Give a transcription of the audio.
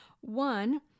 one